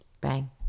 bang